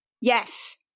Yes